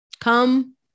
come